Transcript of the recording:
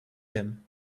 him